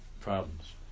problems